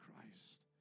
Christ